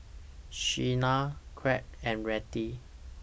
Shenna Claud and Rettie